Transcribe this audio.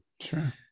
sure